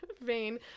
vain